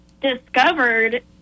discovered